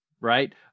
right